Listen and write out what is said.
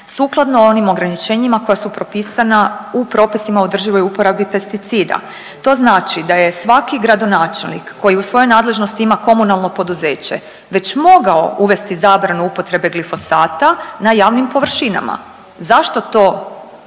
sukladno onim ograničenjima koja su propisana u propisima o održivoj uporabi pesticida. To znači da je svaki gradonačelnik koji u svojoj nadležnosti ima komunalno poduzeće već mogao uvesti zabranu upotrebe glifosata na javnim površinama. Zašto to Miro